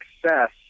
success